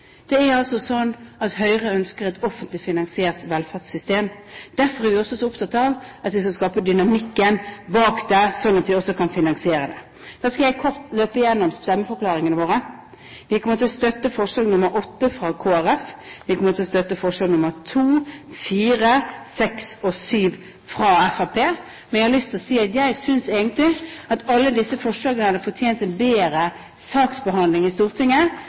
Det er altså slik at Høyre ønsker et offentlig finansiert velferdssystem. Derfor er vi også så opptatt av at vi skal skape dynamikken bak det, slik at vi også kan finansiere det. Da skal jeg kort løpe gjennom stemmeforklaringene våre. Vi kommer til å støtte forslag nr. 8, fra Kristelig Folkeparti. Vi kommer til å støtte forslagene nr. 2, 4, 6 og 7, fra Fremskrittspartiet. Men jeg har lyst til å si at jeg synes egentlig at alle disse forslagene hadde fortjent en bedre saksbehandling i Stortinget.